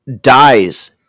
dies